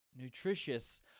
nutritious